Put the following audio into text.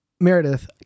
Meredith